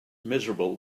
miserable